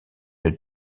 une